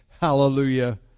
Hallelujah